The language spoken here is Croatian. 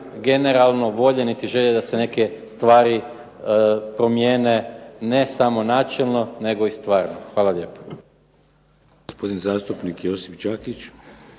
generalno volje niti želje da se neke stvari promijene ne samo načelno nego i stvarno. Hvala lijepo.